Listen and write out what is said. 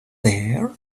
there